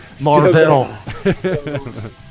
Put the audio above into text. Marvel